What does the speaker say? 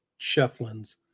shefflin's